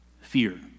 fear